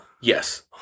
Yes